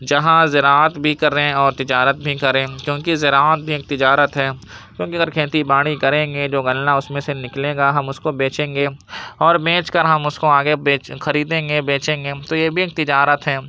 جہاں زراعت بھی کریں اور تجارت بھی کریں کیونکہ زراعت بھی ایک تجارت ہے کیونکہ اگر کھیتی باڑی کریں گے جو غلہ اس میں سے نکلے گا ہم اس کو بیچیں گے اور بیچ کر ہم اس کو آگے بیچ خریدیں گے بیچیں گے ہم تو یہ بھی ایک تجارت ہے